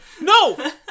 No